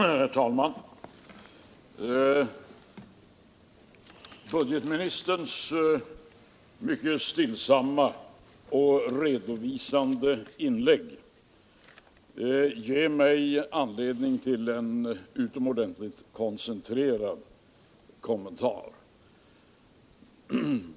Herr talman! Budgetministerns mycket stillsamma och redovisande inlägg ger mig anledning till en koncentrerad kommentar.